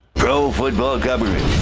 pro football government.